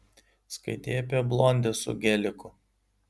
skaitei apie blondę su geliku